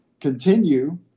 continue